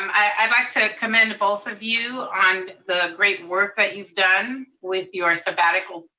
um i'd like to commend both of you on the great work that you've done with your sabbatical.